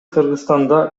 кыргызстанда